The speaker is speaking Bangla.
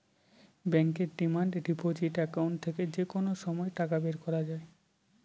ব্যাঙ্কের ডিমান্ড ডিপোজিট একাউন্ট থেকে যে কোনো সময় টাকা বের করা যায়